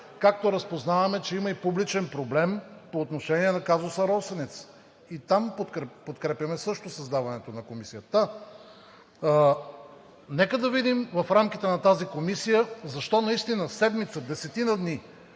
както разпознаваме, че има и публичен проблем по отношение на казуса „Росенец“. И там подкрепяме също създаването на комисия. Та, нека да видим в рамките на тази комисия защо седмица, десетина дни